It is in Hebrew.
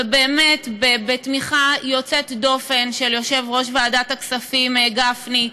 ובאמת בתמיכה יוצאת דופן של יושב-ראש ועדת הכספים גפני,